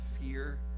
Fear